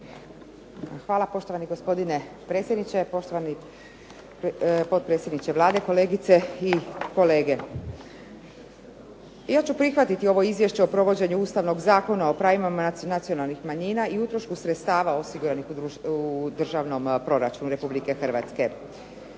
Hvala, poštovani gospodine predsjedniče. Poštovani potpredsjedniče Vlade, kolegice i kolege. Ja ću prihvatiti ovo Izvješće o provođenju Ustavnog zakona o pravima nacionalnih manjina i utrošku sredstava osiguranih u državnom proračunu Republike Hrvatske,